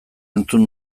entzun